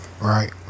right